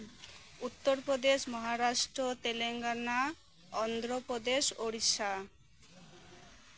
Uttar Pradesh Maharashtra Telangana Andhra Pradesh Odisha